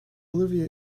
olivia